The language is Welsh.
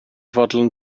fodlon